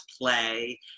play